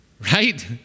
Right